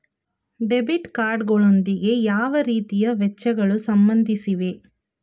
Debit card ಗಳೊಂದಿಗೆ ಯಾವ ರೀತಿಯ ವೆಚ್ಚಗಳು ಸಂಬಂಧಿಸಿವೆ?